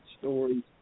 stories